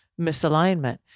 misalignment